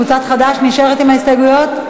קבוצת חד"ש נשארת עם ההסתייגויות?